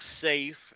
safe